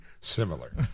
similar